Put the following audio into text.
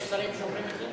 יש שרים שאומרים את זה?